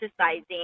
exercising